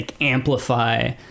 amplify